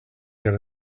get